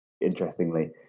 interestingly